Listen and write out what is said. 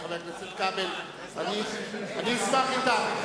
חבר הכנסת כבל, אני אשמח אתן.